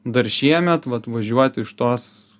dar šiemet vat važiuot iš tos